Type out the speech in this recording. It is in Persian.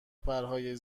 پرهای